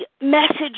message